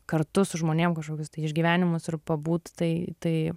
kartu su žmonėm kažkokius tai išgyvenimus ir pabūt tai tai